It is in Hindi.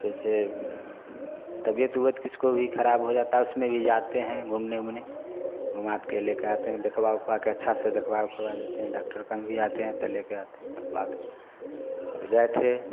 जैसे तबियत ऊबयत किसको भी खराब हो जाता है ऊसमें भी जाते हैं घूमने उमने घुमात के ले के आते हैं देखवा उखवा के अच्छा से देखवा उखवा देते हैं डाक्टर कण भी आते हैं तो ले के आते हैं देखवा के और गए थे